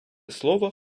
слово